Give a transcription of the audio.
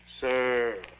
Sir